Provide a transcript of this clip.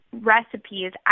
Recipes